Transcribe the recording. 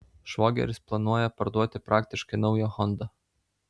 švogeris planuoja parduoti praktiškai naują hondą